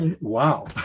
Wow